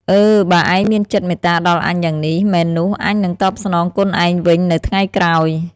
អឺ! បើឯងមានចិត្តមេត្តាដល់អញយ៉ាងនេះ មែននោះ អញនឹងតបស្នងគុណឯងវិញនៅថ្ងៃក្រោយ!